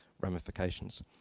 ramifications